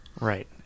Right